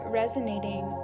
resonating